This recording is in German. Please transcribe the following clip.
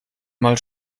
mal